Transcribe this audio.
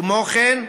כמו כן,